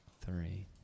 Three